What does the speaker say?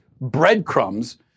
breadcrumbs